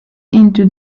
into